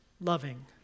loving